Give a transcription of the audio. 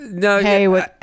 hey